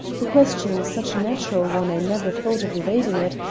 the question was such a natural one i never thought of evading it,